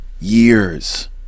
years